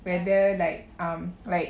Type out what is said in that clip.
whether like um like